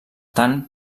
tant